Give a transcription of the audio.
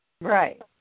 Right